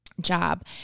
job